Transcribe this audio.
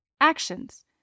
Actions